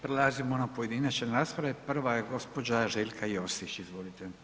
Prelazimo na pojedinačne rasprave, prva je gđa. Željka Josić, izvolite.